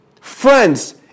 friends